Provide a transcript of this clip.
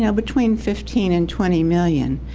you know between fifteen and twenty million,